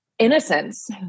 innocence